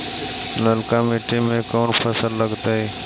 ललका मट्टी में कोन फ़सल लगतै?